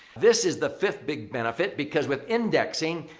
this is the fifth big benefit because with indexing,